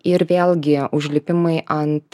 ir vėlgi užlipimai ant